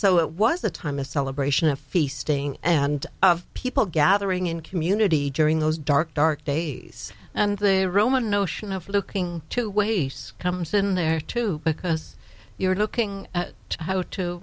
so it was a time of celebration of feasting and people gathering in community during those dark dark days and the roman notion of looking to waste comes in there too because you're looking at how to